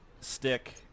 stick